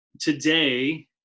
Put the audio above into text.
Today